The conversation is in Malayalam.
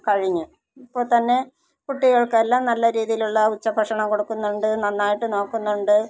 കഴിഞ്ഞു ഇപ്പോൾ തന്നെ കുട്ടികൾക്ക് എല്ലാം നല്ല രീതിയിലുള്ള ഉച്ചഭക്ഷണം കൊടുക്കുന്നുണ്ട് നന്നായിട്ട് നോക്കുന്നുണ്ട്